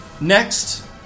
Next